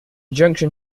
junction